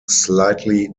slightly